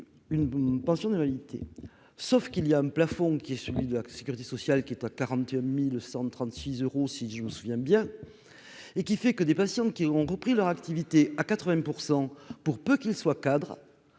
une pension d'invalidité, sauf qu'il y a un plafond qui est celui de la sécurité sociale qui est à 41136 euros, si je me souviens bien, et qui fait que des patients qui auront repris leur activité à 80 % pour peu qu'ils soient cadres